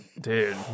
Dude